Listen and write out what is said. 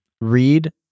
read